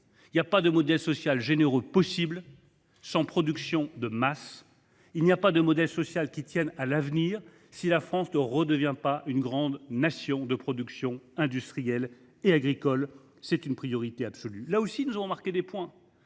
tient. Aucun modèle social généreux n’est possible sans production de masse. Aucun modèle social ne tiendra à l’avenir si la France ne redevient pas une grande Nation de production industrielle et agricole. C’est une priorité absolue ! Là aussi, nous avons marqué des points.